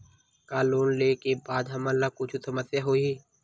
का लोन ले के बाद हमन ला कुछु समस्या होही?